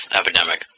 epidemic